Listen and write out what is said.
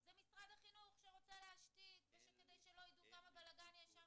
זה משרד החינוך שרוצה להשתיק כדי שלא ידעו כמה בלגן יש שם,